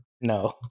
No